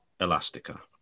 Elastica